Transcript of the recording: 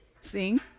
sing